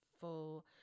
full